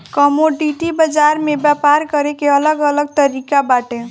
commodity बाजार में व्यापार करे के अलग अलग तरिका बाटे